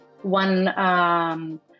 one